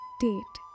date